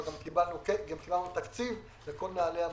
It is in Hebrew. וגם קיבלנו תקציב לכל נהלי המשביתים.